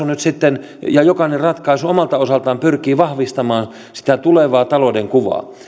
nyt sitten tämäkin ratkaisu ja jokainen ratkaisu omalta osaltaan pyrkii vahvistamaan sitä tulevaa talouden kuvaa